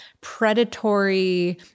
predatory